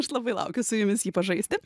aš labai laukiu su jumis jį pažaisti